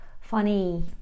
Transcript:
funny